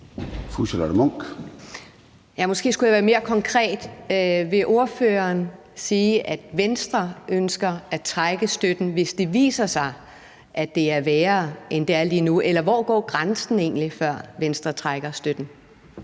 Charlotte Munch (DD): Måske skulle jeg være mere konkret: Vil ordføreren sige, at Venstre ønsker at trække støtten, hvis det viser sig, at det er værre, end det er lige nu, eller hvor går grænsen egentlig, før Venstre trækker støtten?